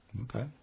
Okay